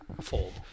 fold